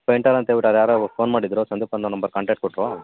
painter ಅಂತೇಳ್ಬಿಟ್ಟು ಅದು ಯಾರೋ ಫೋನ್ ಮಾಡಿದ್ದರು ಸಂದೀಪ್ ಅನ್ನೋ ನಂಬರ್ ಕಾಂಟ್ಯಾಕ್ಟ್ ಕೊಟ್ಟರು